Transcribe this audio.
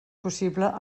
possible